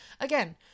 again